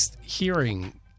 hearing